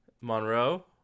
Monroe